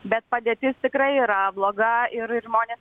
bet padėtis tikrai yra bloga ir ir žmonės